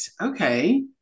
okay